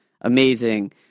amazing